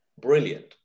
brilliant